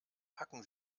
packen